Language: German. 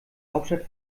hauptstadt